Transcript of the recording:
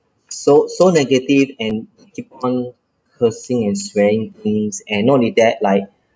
so so negative and keep on cursing and swearing things and not only that like